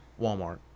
Walmart